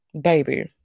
baby